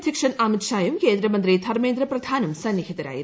അധ്യക്ഷൻ അമിത്ഷായും കേന്ദ്രമന്ത്രി ധർമ്മേന്ദ്രപ്രധാനും സന്നിഹിതരായിരുന്നു